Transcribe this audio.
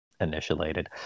initiated